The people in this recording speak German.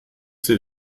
sie